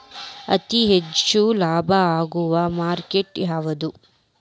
ಅತಿ ಹೆಚ್ಚು ಲಾಭ ಆಗುವ ಮಾರ್ಕೆಟ್ ಯಾವುದು?